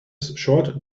short